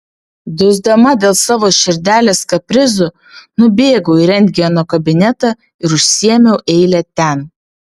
dusdama dėl savo širdelės kaprizų nubėgau į rentgeno kabinetą ir užsiėmiau eilę ten